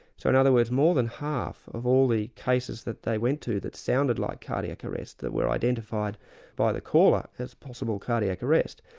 so in other words, more than half of all the cases that they went to that sounded like cardiac arrest that were identified by the caller as a possible cardiac arrest,